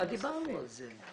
דיברנו על זה.